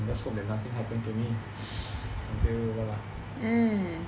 just hope that nothing happen to me until what ah